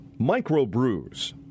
microbrews